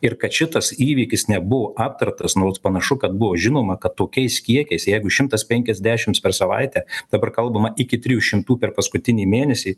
ir kad šitas įvykis nebuvo aptartas nors panašu kad buvo žinoma kad tokiais kiekiais jeigu šimtas penkiasdešims per savaitę dabar kalbama iki trijų šimtų per paskutinį mėnesį